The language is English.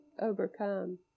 overcome